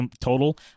total